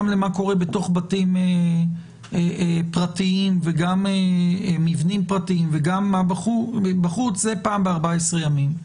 למה שקורה בתוך בתים פרטיים וגם מבנים פרטיים וגם בחוץ פעם ב-14 ימים.